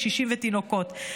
קשישים ותינוקות.